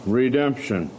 redemption